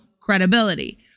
credibility